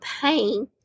pain